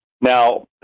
Now